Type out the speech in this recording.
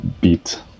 beat